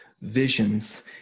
visions